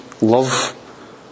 love